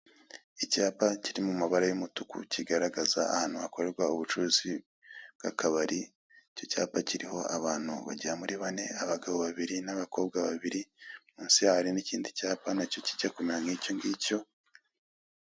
Icyapa kiri mu mabara y'umutuku kigaragaza ahantu hakorrwa ubucuruzi bw'akabari, icyo cyapa kiriho abantu bagera muri bane, abagabo babiri n'abakobwa babiri, munsi yaho hariho ikindi cyapa nacyo kijya kumera nk'icyo ngicyo.